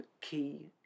key